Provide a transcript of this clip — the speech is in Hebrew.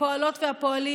הפועלות והפועלים.